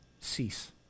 cease